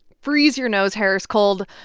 freeze-your-nose-hairs cold.